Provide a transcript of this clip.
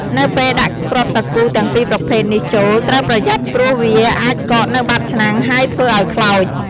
នៅពេលដាក់គ្រាប់សាគូទាំងពីរប្រភេទនេះចូល ត្រូវប្រយ័ត្នព្រោះវាអាចកកនៅបាតឆ្នាំង ហើយធ្វើឱ្យខ្លោច។